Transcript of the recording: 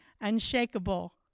unshakable